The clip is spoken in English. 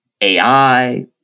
AI